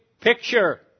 picture